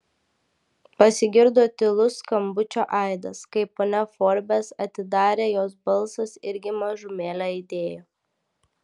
pasigirdo tylus skambučio aidas kai ponia forbes atidarė jos balsas irgi mažumėlę aidėjo